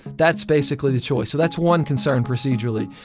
that's basically the choice. so that's one concern procedurally.